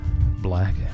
black